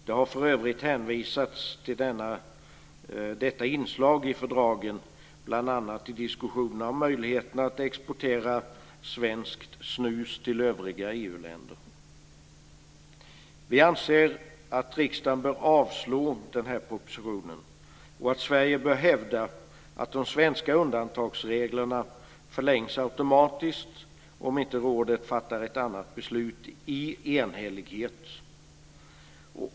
Det har för övrigt hänvisats till detta inslag i fördragen i bl.a. diskussionen om möjligheten att exportera svenskt snus till övriga EU-länder. Vi anser att riksdagen bör avslå den här propositionen, och att Sverige bör hävda att de svenska undantagsreglerna förlängs automatiskt om inte rådet fattar ett annat beslut i enhällighet.